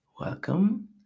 welcome